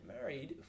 married